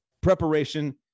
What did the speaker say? preparation